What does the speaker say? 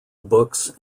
books